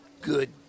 good